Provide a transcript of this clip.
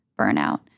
burnout